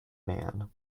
man